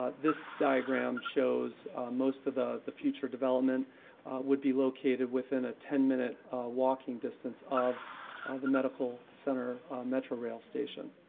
ah this diagram shows most of the the future development would be located within a ten minute walking distance of the medical center metrorail station.